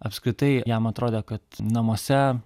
apskritai jam atrodė kad namuose